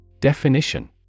definition